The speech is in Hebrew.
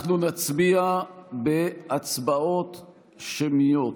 אנחנו נצביע בהצבעות שמיות,